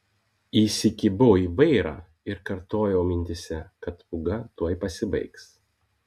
įsikibau į vairą ir kartojau mintyse kad pūga tuoj pasibaigs